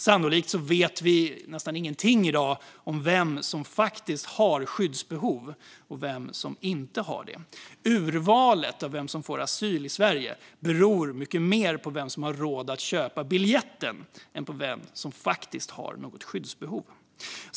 Sannolikt vet vi nästan ingenting i dag om vem som faktiskt har skyddsbehov och vem som inte har det. Urvalet av vem som får asyl i Sverige beror mycket mer på vem som har råd att köpa biljetten än på vem som faktiskt har skyddsbehov.